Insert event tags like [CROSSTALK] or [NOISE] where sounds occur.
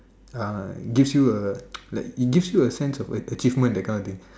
uh gives you a [NOISE] like it gives you a sense of achievement that kind of thing